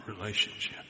relationship